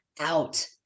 out